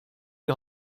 die